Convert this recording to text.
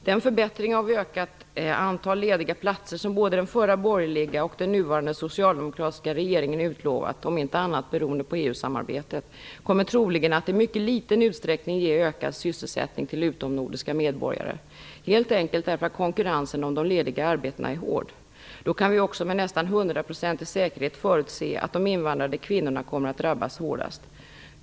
Den förbättring i form av ökat antal lediga platser som både den förra borgerliga och den nuvarande socialdemokratiska regeringen har utlovat - om inte annat beroende på EU-samarbetet - kommer troligen att i mycket liten utsträckning ge ökad sysselsättning till utomnordiska medborgare. Det blir så helt enkelt därför att konkurrensen om de lediga arbetena är hård. Då kan vi också med nästan hundraprocentig säkerhet förutse att de invandrade kvinnorna kommer att drabbas hårdast.